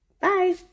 Bye